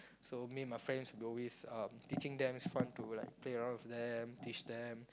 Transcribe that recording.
so me and my friends we always uh teaching them it's fun to like play around with them teach them